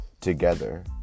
together